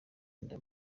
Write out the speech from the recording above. inda